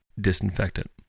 disinfectant